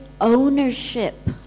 ownership